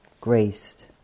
graced